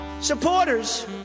supporters